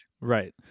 Right